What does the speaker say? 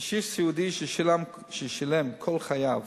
קשיש סיעודי ששילם כל חייו